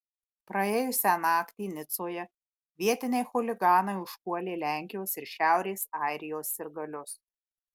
praėjusią naktį nicoje vietiniai chuliganai užpuolė lenkijos ir šiaurės airijos sirgalius